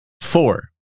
Four